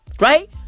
right